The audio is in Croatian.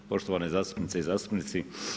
Poštovane zastupnice i zastupnici.